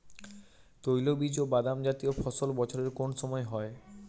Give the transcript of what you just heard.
তৈলবীজ ও বাদামজাতীয় ফসল বছরের কোন সময় হয়?